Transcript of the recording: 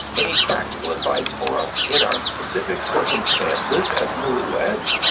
any practical advice for us in our specific circumstances as newlyweds,